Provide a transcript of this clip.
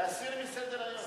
להסיר מסדר-היום.